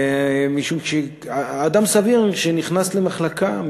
משום שאדם סביר שנכנס למחלקה,